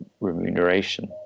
remuneration